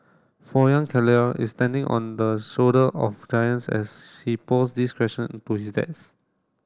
for young Keller is standing on the shoulder of giants as he posed these question to his